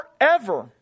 forever